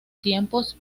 tiempos